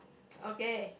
okay